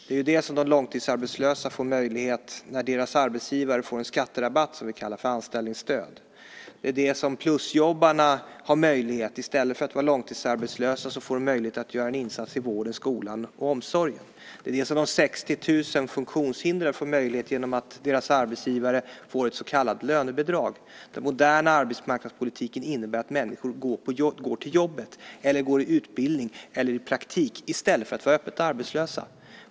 Det är det som de långtidsarbetslösa får möjlighet till när deras arbetsgivare får en skatterabatt som vi kallar för anställningsstöd. Det är det som plusjobbarna har möjlighet till när de i stället för att vara långtidsarbetslösa får en möjlighet att göra en insats i vården, skolan och omsorgen. Det är det som de 60 000 funktionshindrade får möjlighet till genom att deras arbetsgivare får ett så kallat lönebidrag. Den moderna arbetsmarknadspolitiken innebär att människor går till jobbet, går i utbildning eller går i praktik i stället för att vara öppet arbetslösa.